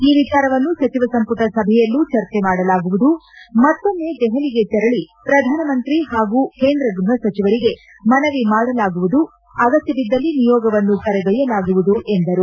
ಈ ವಿಚಾರವನ್ನು ಸಚಿವ ಸಂಪುಟ ಸಭೆಯಲ್ಲೂ ಚರ್ಚೆ ಮಾದಲಾಗುವುದು ಮತ್ತೊಮ್ಮೆ ದೆಹಲಿಗೆ ತೆರಳಿ ಪ್ರಧಾನಮಂತ್ರಿ ಹಾಗೂ ಕೇಂದ್ರ ಗೃಹ ಸಚಿವರಿಗೆ ಮನವಿ ಮಾಡಲಾಗುವುದು ಅಗತ್ಯಬಿದ್ದಲ್ಲಿ ನಿಯೋಗವನ್ನು ಕರೆದೊಯ್ಯಲಾಗುವುದು ಎಂದರು